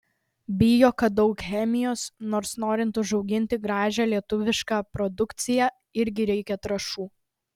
bijo kad daug chemijos nors norint užauginti gražią lietuvišką produkciją irgi reikia trąšų